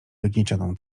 wygniecioną